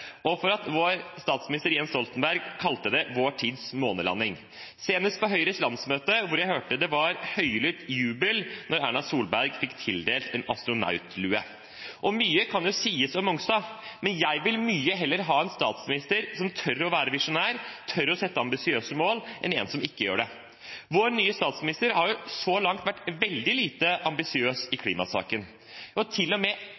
og for at vår statsminister den gang, Jens Stoltenberg, kalte det vår tids månelanding. Senest på Høyres landsmøte hørte jeg det var høylytt jubel da Erna Solberg fikk tildelt en astronautlue. Og mye kan sies om Mongstad, men jeg vil mye heller ha en statsminister som tør å være visjonær, som tør å sette ambisiøse mål, enn en som ikke gjør det. Vår nye statsminister har så langt vært veldig lite ambisiøs i